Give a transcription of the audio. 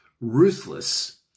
ruthless